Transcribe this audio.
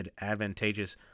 advantageous